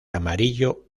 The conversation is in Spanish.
amarillo